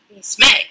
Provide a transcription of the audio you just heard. Smack